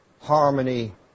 harmony